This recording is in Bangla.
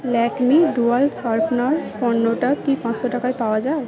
ল্যাকমি ডুয়াল শার্পনার পণ্যটা কি পাঁচশো টাকায় পাওয়া যায়